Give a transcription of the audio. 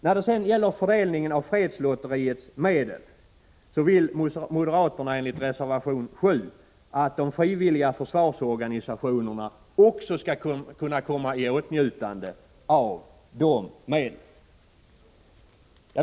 När det gäller fördelningen av fredslotteriets medel vill moderaterna enligt reservation 7 att de frivilliga försvarsorganisationerna också skall kunna komma i åtnjutande av dessa medel.